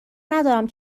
ندارم